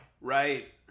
right